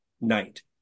night